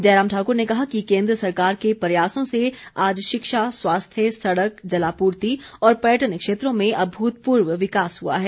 जयराम ठाक्र ने कहा कि केन्द्र सरकार के प्रयासों से आज शिक्षा स्वास्थ्य सड़क जलापूर्ति और पर्यटन क्षेत्रों में अभूतपूर्व विकास हुआ है